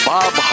Bob